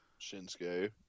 Shinsuke